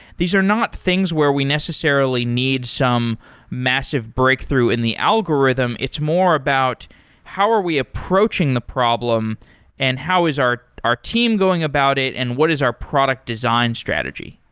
these are not things where we necessarily need some massive breakthrough in the algorithm. it's more about how are we approaching the problem and how is our our team going about it and what is our product design strategy?